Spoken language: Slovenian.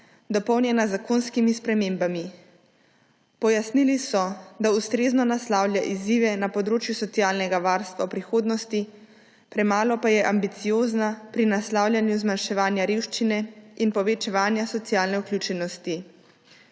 dopolnjena z zakonskimi spremembami. Pojasnili so, da resolucija ustrezno naslavlja izzive na področju socialnega varstva v prihodnosti, premalo pa je ambiciozna pri naslavljanju zmanjševanja revščine in povečevanja socialne vključenosti.